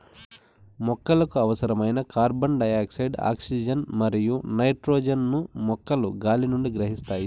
మొక్కలకు అవసరమైన carbon dioxide, oxygen మరియు నైట్రోజన్ ను మొక్కలు గాలి నుండి గ్రహిస్తాయి